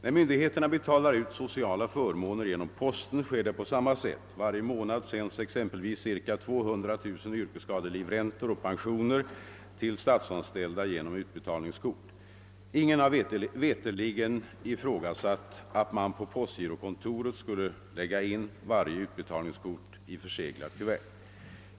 När myndigheterna betalar ut sociala förmåner genom posten sker det på samma sätt. Varje månad sänds exempelvis cirka 200000 yrkesskadelivräntor och pensioner till statsanställda genom utbetalningskort. Ingen har veterligen ifrågasatt att man på postgirokontoret skulle lägga in varje uibetalningskort i förseglat kuvert.